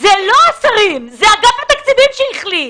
זה לא השרים אלא אגף התקציבים שהחליט,